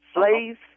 Slaves